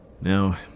Now